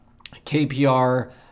KPR